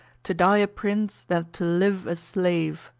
to die a prince, than to live a slave.